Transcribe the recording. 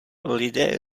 lidé